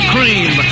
Cream